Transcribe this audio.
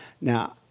Now